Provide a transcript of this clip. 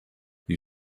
you